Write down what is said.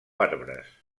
arbres